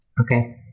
Okay